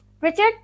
Richard